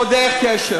ועוד איך קשר.